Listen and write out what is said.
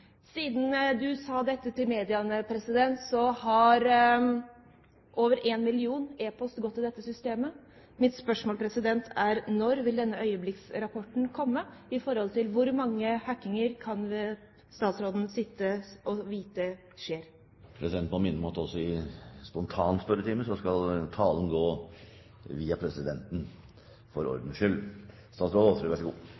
Siden du sa dette til media, har over én million e-post gått i dette systemet. Mitt spørsmål er: Når vil denne øyeblikksrapporten komme, hvor mange hackinger kan statsråden sitte og vite skjer? Presidenten må minne om at også i spontanspørretimen skal talen gå via presidenten – for